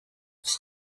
iki